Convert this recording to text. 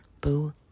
boo